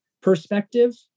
perspective